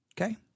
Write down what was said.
okay